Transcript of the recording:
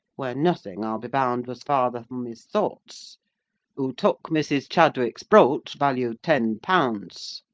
when nothing, i'll be bound, was farther from his thoughts who took mrs. chadwick's brooch, value ten pounds.